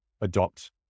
adopt